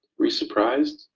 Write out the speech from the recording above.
were you surprised?